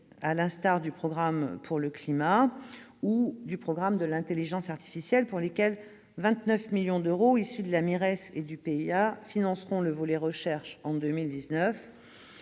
à l'instar du programme pour le climat ou du programme dédié à l'intelligence artificielle. Au total, 29 millions d'euros, issus de la MIRES et du PIA financeront le volet « recherche » de